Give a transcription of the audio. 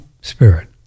Spirit